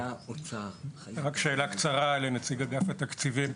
רק שאלה קצרה לנציג אגף התקציבים,